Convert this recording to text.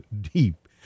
deep